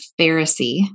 Pharisee